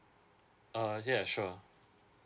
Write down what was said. uh yeah sure